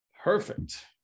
perfect